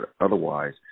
otherwise